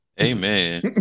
Amen